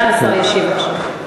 השר ישיב עכשיו.